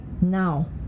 now